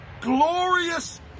glorious